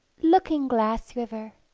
looking-glass river